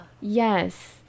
Yes